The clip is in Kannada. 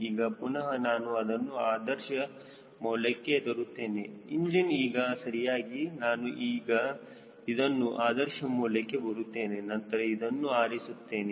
ಈಗ ಪುನಹ ನಾನು ಅದನ್ನು ಆದರ್ಶ ಮೌಲ್ಯಕ್ಕೆ ತರುತ್ತೇನೆ ಇಂಜಿನ್ ಈಗ ಸರಿಯಾಗಿದೆ ನಾನು ಈಗ ಇದನ್ನು ಆದರ್ಶ ಮೌಲ್ಯಕ್ಕೆ ಬರುತ್ತೇನೆ ನಂತರ ಅದನ್ನು ಆರಿಸುತ್ತೇನೆ